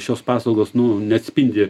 šios paslaugos nu neatspindi